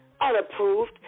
unapproved